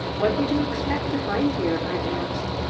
what did you expect to find here? i asked.